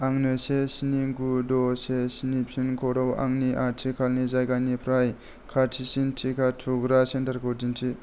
आंनो से स्नि गु द' से स्नि पिनक'डआव आंनि आथिखालनि जायगानिफ्राय खाथिसिन टिका थुग्रा सेन्टारखौ दिन्थि